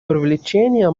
привлечения